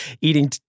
eating